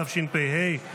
התשפ"ה 2024,